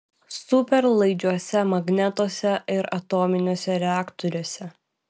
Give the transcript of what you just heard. superlaidžiuose magnetuose ir atominiuose reaktoriuose